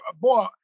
boy